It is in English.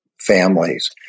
families